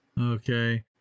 Okay